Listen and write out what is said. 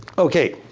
okay,